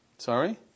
Sorry